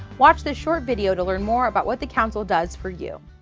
watch this short video to learn more about what the council does for you.